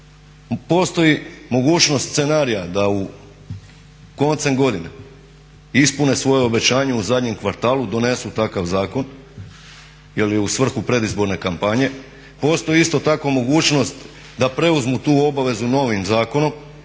postoji mogućnost scenarija da koncem godine ispune svoje obećanje u zadnjem kvartalu i donesu takav zakon jer je u svrhu predizborne kampanje. Postoji isto tako mogućnost da preuzmu to obavezu novim zakonom